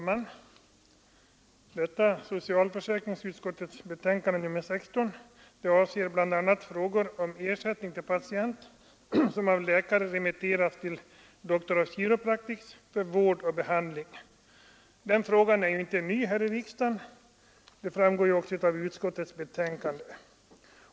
Herr talman! Socialförsäkringsutskottets betänkande nr 16 avser bl.a. frågor om ersättning till patienter som av läkare remitterats till Doctors of Chiropractic för vård och behandling. Frågan är inte ny här i riksdagen, vilket också framgår av utskottets betänkande.